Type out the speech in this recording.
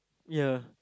ya